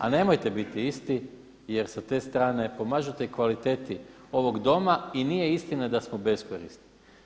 A nemojte biti isti jer sa te strane pomažete i kvaliteti ovog doma i nije istina da smo beskorisni.